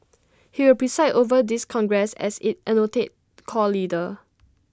he will preside over this congress as its anointed core leader